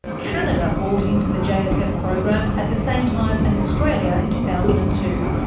canada bought into the jsf program at the same time as australia in two thousand and two,